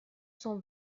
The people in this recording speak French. cent